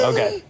Okay